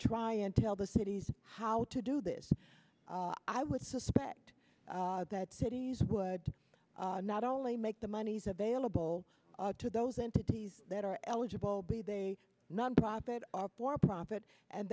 try and tell the cities how to do this i would suspect that cities would not only make the monies available to those entities that are eligible be they nonprofit for profit and